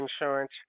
insurance